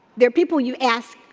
they're people you ask,